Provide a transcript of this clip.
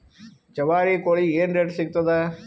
ಜವಾರಿ ಕೋಳಿಗಿ ಏನ್ ರೇಟ್ ಸಿಗ್ತದ?